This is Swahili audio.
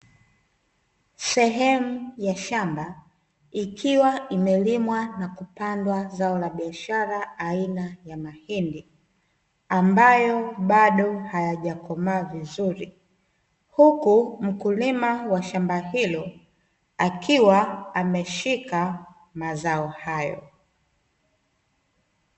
Sehemu ya shamba, ikiwa imelimwa na kupandwa zao la biashara aina ya mahindi, ambayo bado hayajakomaa vizuri huku mkulima wa shamba hilo akiwa ameshika mazao hayo.